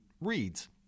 reads